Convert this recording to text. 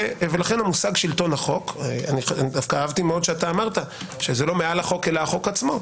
לכן הנמושג שלטון החוק אהבתי שאמרת שזה לא מעל החוק אלא החוק עצמו.